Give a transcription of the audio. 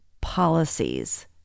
policies